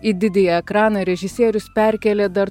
į didįjį ekraną režisierius perkėlė dar